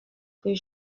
que